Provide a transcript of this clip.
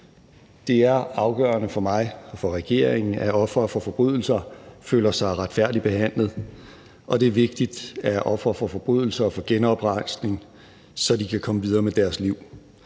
Det er afgørende for mig og for regeringen, at ofre for forbrydelser føler sig retfærdigt behandlet, og det er vigtigt, at ofre for forbrydelser får genoprejsning, så de kan komme videre med deres liv.